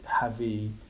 heavy